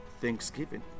thanksgiving